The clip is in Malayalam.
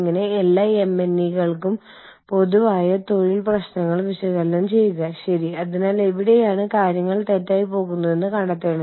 ഓഫീസ് ഉദാഹരണത്തിന് ഫിലിപ്പീൻസ് അല്ലെങ്കിൽ തായ്വാൻ അല്ലെങ്കിൽ യുണൈറ്റഡ് കിംഗ്ഡം എന്നിവിടങ്ങളിലെ ഒരു ചെറിയ പട്ടണത്തിലാണെന്ന് കരുതുക